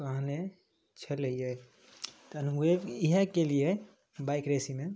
कहने छलैए तहन वेब इएह केलिए बाइक रेसिन्गमे